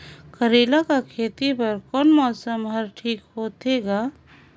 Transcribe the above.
करेला कर खेती बर कोन मौसम हर ठीक होथे ग?